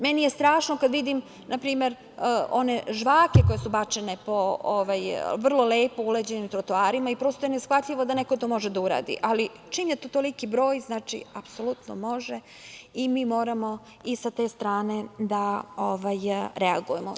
Meni je strašno kad vidim, na primer, žvake koje su bačene po vrlo lepo uređenim trotoarima i prosto je neshvatljivo da neko to može da uradi, ali čim je to toliki broj, znači apsolutno može i mi moramo i sa te strane da reagujemo.